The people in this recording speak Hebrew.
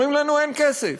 אומרים לנו: אין כסף.